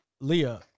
Leah